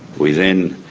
we then